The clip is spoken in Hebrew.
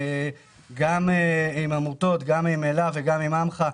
בשיתוף העמותות "אלה" ו"עמך",